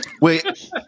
Wait